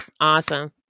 awesome